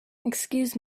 excuse